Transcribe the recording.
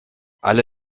alle